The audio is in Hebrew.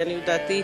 לעניות דעתי,